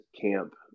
camp